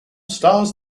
stars